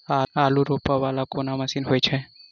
आलु रोपा वला कोनो मशीन हो छैय की?